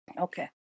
Okay